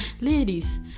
ladies